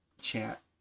chat